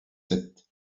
sept